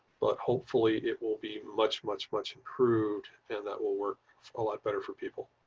but hopefully it will be much much much improved and that will work a lot better for people